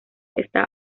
está